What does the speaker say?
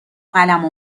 قلم